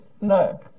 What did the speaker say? no